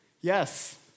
Yes